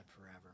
forever